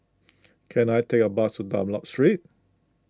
can I take a bus to Dunlop Street